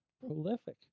Prolific